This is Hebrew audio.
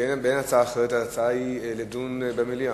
באין הצעה אחרת, ההצעה היא לדון במליאה.